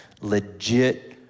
legit